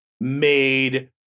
made